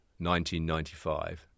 1995